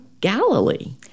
Galilee